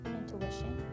intuition